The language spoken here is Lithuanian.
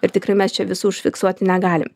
ir tikrai mes čia visų užfiksuot negalim